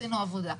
עשינו עבודה.